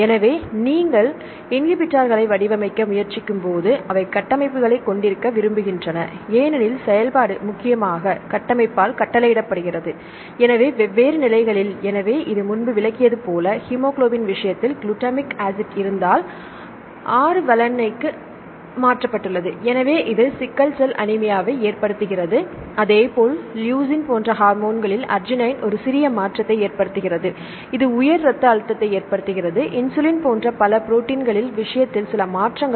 எனவே நீங்கள் இன்ஹிபீட்டர்ஸ்களை வடிவமைக்க முயற்சிக்கும்போது அவை கட்டமைப்புகளைக் கொண்டிருக்க விரும்புகின்றன ஏனெனில் செயல்பாடு முக்கியமாக